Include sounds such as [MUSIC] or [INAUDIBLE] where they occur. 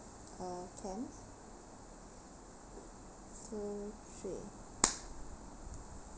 uh can two three [NOISE]